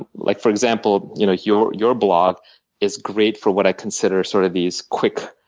like for example, you know your your blog is great for what i consider sort of these quick,